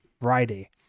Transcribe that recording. Friday